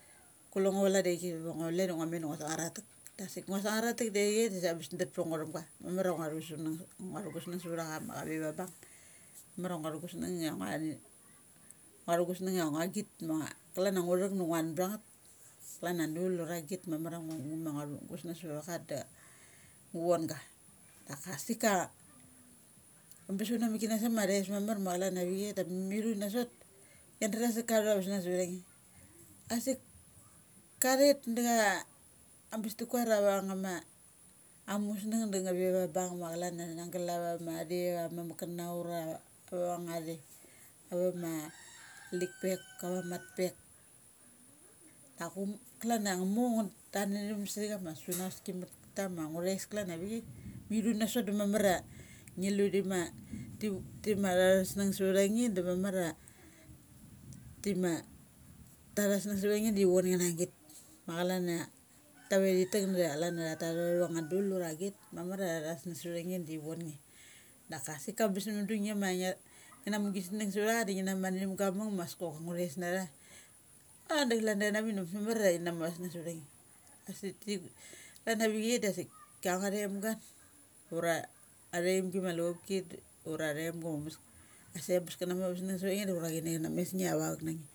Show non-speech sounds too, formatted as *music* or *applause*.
Kule ngo chalan davi chai diva chule da ngua met da ngua sangar atha tek. Dasik ngua sangar atha tek avi chai da sik ambes dat ptha ngo thum ga. Mamar a ngua thu sa, nung, gu snung savtha cha machave va bung. Mamar a ngua thu gus nungia mama ia mama ia nguait ngua thu gus nungia agitma klan a ngu thek da nguan btha ngeth klan a dul ura git ma ngu ma ngua thu gus nung na sot acha da ngu von ga. Daka sika ambes una mik kana sa chama thais mamar ma chalan avichai da mithu na sot, ngia dram ia cha thaves nung savtha nge. Asik ka thet da cha ambes ti kuar a ambes ti tuar avangnge ma amusnung da nge ve va bung ma chalan a na gal ava mathere, ava mamuk kana ura ava ngnga there. Ava *noise* malik pek, ava mat pek dak umo, klan a ngu ngu, tat na thum sa chama sunaski mat *noise* tama chama nguthais klan avik, mi thu na sot da mamar a ngi lu thi ma ti ma thatha vus nung su vtha nge da mamar ati ma *noise* ta thas nung sa vtha nge da thi vonge na ma git ma chalan ia tave thi tek da chalan ia that tu athavang nga dul ura git, mamar a thus nung savtha nge da thi von nge. Daka sik ambes mundu ngi ma ngia ngi na mugis nung savtha cha, ngi na matnatnumga mukmas kokang ngu theis natha, a da chalan ia thun na muk da ambes ma mana thina mus asnung savtha nge. Asik ti, tha nave chai dasik angnga thaimga ura athaimgi ma lu chop ki da, ura athaimga ma aumes de ambes ka na mu avas nung sava nge ura cha na mes nge avauk na nge.